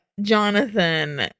Jonathan